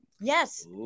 Yes